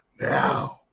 Now